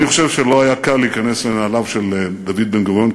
אני חושב שלא היה קל להיכנס לנעליו של דוד בן-גוריון,